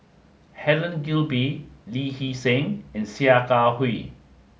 Helen Gilbey Lee Hee Seng and Sia Kah Hui